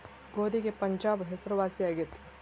ಗೋಧಿಗೆ ಪಂಜಾಬ್ ಹೆಸರುವಾಸಿ ಆಗೆತಿ